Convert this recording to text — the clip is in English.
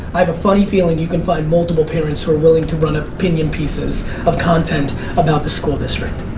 i have a funny feeling you can find multiple parents who are willing to run opinion pieces of content about the school district.